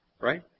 right